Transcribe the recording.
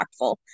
impactful